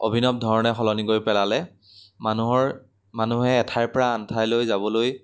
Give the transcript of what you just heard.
অভিনৱ ধৰণে সলনি কৰি পেলালে মানুহৰ মানুহে এঠাইৰ পৰা আন ঠাইলৈ যাবলৈ